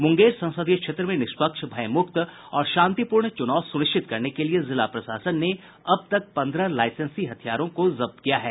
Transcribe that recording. मुंगेर संसदीय क्षेत्र में निष्पक्ष भयमुक्त और शांतिपूर्ण चुनाव सुनिश्चित करने को लिये जिला प्रशासन ने अब तक पंद्रह लाईसेंसी हथियारों को जब्त किया है